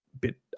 bit